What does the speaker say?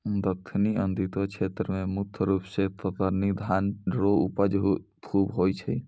दक्खिनी अंगिका क्षेत्र मे मुख रूप से कतरनी धान रो उपज खूब होय छै